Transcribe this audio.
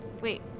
Wait